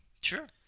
Sure